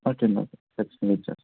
వచ్చిందండి రేపు క్లియర్ చేస్తాను